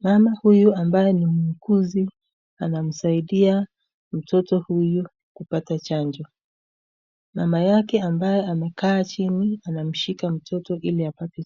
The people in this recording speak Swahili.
mama huyu ambaye ni muuguzi anamsaidia mtoto huyu kupata chanjo mama yake ambaye amekaa chini amemshika mtoto ili apate chanjo.